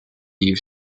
eve